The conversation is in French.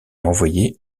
envoyé